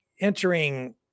entering